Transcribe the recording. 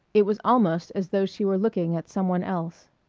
it was almost as though she were looking at some one else.